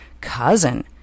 cousin